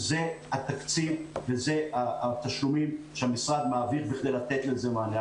זה התקציב וזה התשלומים שהמשרד מעביר כדי לתת לזה מענה.